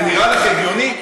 זה נראה לך הגיוני?